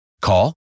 Call